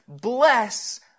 Bless